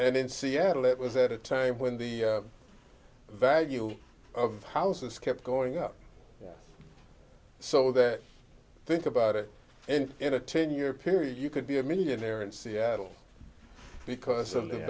and in seattle it was at a time when the value of houses kept going up so that think about it and in a ten year period you could be a millionaire in seattle because of